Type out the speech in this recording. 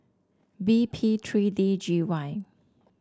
B P three D G Y